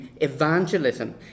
evangelism